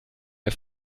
der